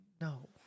no